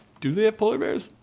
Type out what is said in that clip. do the a polar bears?